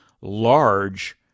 large